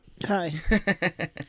Hi